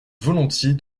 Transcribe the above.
volontiers